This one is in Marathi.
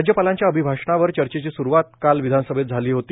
राज्यपालांच्या अभिभाषणावर चर्चेची सुरूवात काल विधानसभेत झाली होती